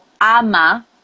Ama